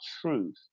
truth